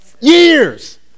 years